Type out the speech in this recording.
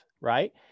right